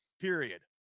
period